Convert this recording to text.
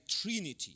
Trinity